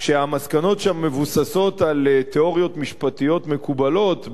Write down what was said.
כשהמסקנות שם מבוססות על תיאוריות משפטיות מקובלות,